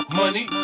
money